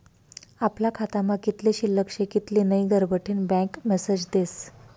आपला खातामा कित्ली शिल्लक शे कित्ली नै घरबठीन बँक मेसेज देस